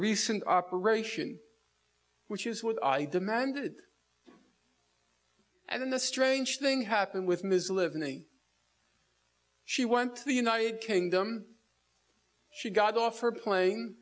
recent operation which is what i demanded and then the strange thing happened with ms livni she went to the united kingdom she got off her pla